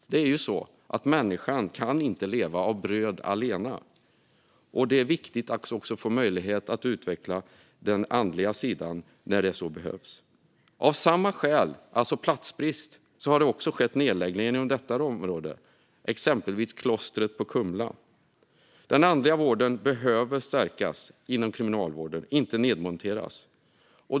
Det är ju så att människan inte kan leva av bröd allena och att det är viktigt att även få möjlighet att utveckla den andliga sidan när så behövs. Av samma skäl som tidigare nämnt, alltså platsbrist, har det skett nedläggningar på detta område - exempelvis klostret på Kumla. Den andliga vården inom kriminalvården behöver stärkas, inte nedmonteras.